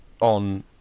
on